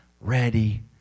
ready